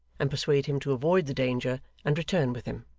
and persuade him to avoid the danger, and return with him.